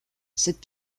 cette